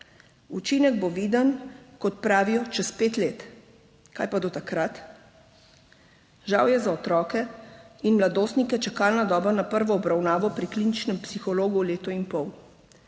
Učinek bo viden, kot pravijo, čez pet let. Kaj pa do takrat? Žal je za otroke in mladostnike čakalna doba na prvo obravnavo pri kliničnem psihologu leto in pol.